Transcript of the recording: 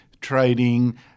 trading